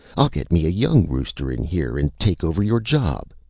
i'll get me a young rooster in here and take over your job.